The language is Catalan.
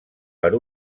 per